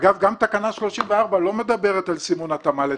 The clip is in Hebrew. אגב, גם תקנה 34 לא מדברת על סימון התאמה לתקן.